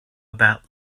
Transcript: about